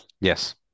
Yes